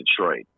Detroit